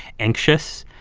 anxious,